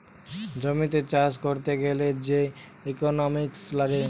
জমিতে চাষ করতে গ্যালে যে ইকোনোমিক্স লাগে